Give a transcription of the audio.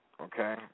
Okay